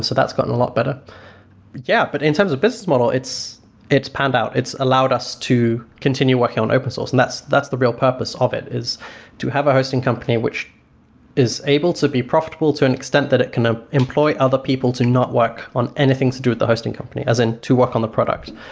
so that's gotten a lot better yeah, but in terms of business model, it's it's panned out. it's allowed us to continue working on open source and that's that's the real purpose of it is to have a hosting company, which is able to be profitable to an extent that it can ah employ other people to not work on anything to do with the hosting company, as in to work on the product.